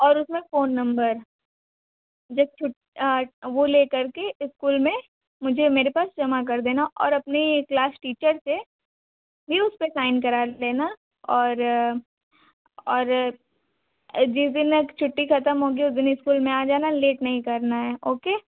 और उसमें phone number जब छुट वो ले कर के इस्कूल में मुझे मेरे पास जमा कर देना और अपनी क्लास टीचर से भी उस पर साइन करा लेना और और जिस दिन छुट्टी ख़त्म होगी उस दिन इस्कूल में आ जाना लेट नहीं करना है ओके